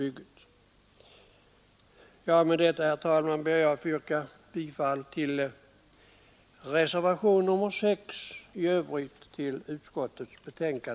Med detta, herr talman, ber jag att få yrka bifall till reservationen 6 och i övrigt till utskottets hemställan.